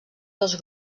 dos